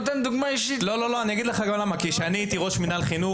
כי כשאני הייתי ראש מנהל חינוך,